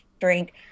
drink